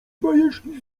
bajeczki